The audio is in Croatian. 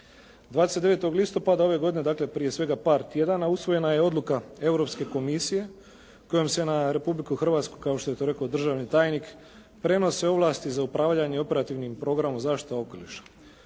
29. listopada ove godine dakle prije svega par tjedana usvojena je odluka Europske komisije kojom se na Republiku Hrvatsku kao što je to rekao državni tajnik prenose ovlasti za upravljanje operativnim programom Zaštita okoliša.